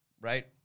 Right